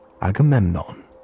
Agamemnon